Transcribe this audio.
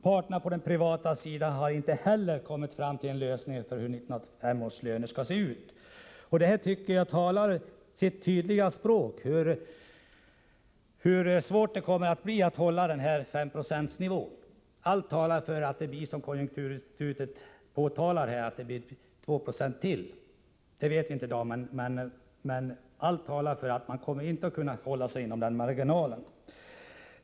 Parterna på den privata sidan har inte heller kommit fram till en lösning för hur 1985 års löner ska se ut.” Detta tycker jag talar sitt tydliga språk hur svårt det kommer att bli att hålla S-procentsnivån. Allt talar för att konjunkturinstitutets bedömning är riktig, nämligen att det blir ytterligare 2 90 ökning. Vi vet inte detta i dag, men allt talar som sagt för att löneuppgörelsen inte kommer att hålla sig inom den angivna marginalen.